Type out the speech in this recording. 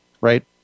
right